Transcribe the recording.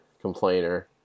complainer